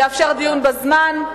יאפשר דיון בזמן,